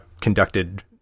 conducted